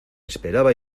esperaba